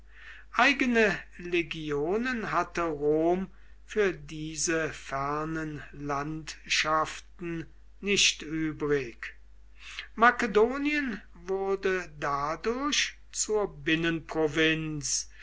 eigene legionen hatte rom für diese fernen landschaften nicht übrig makedonien wurde dadurch zur